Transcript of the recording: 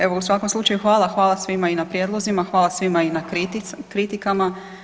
Evo u svakom slučaju hvala, hvala svima i na prijedlozima, hvala svima i na kritikama.